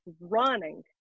running